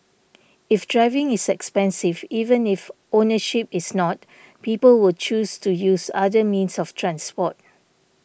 if driving is expensive even if ownership is not people will choose to use other means of transport